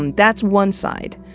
and that's one side.